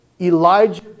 Elijah